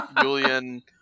Julian